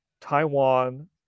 Taiwan